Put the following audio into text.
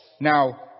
Now